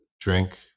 drink